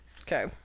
Okay